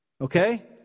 okay